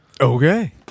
Okay